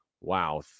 wow